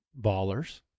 BALLERS